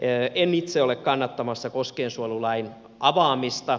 en itse ole kannattamassa koskiensuojelulain avaamista